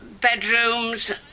bedrooms